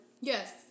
Yes